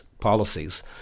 policies